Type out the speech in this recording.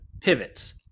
pivots